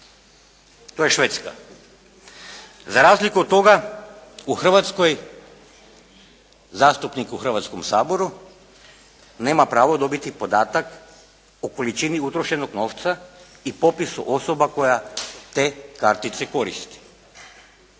To je Švedska. Za razliku od toga u Hrvatskoj zastupnik u Hrvatskom saboru nema pravo dobiti podatak o količini utrošenog novca i popisu osoba koja te kartice koristi.